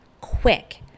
quick